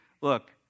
look